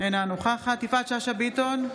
אינה נוכחת יפעת שאשא ביטון,